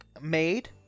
made